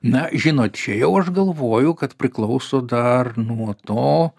na žinot čia jau aš galvoju kad priklauso dar nuo to